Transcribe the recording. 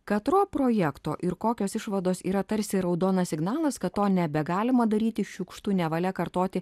katro projekto ir kokios išvados yra tarsi raudonas signalas kad to nebegalima daryti šiukštu nevalia kartoti